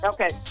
Okay